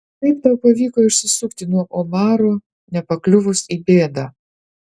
kaip tau pavyko išsisukti nuo omaro nepakliuvus į bėdą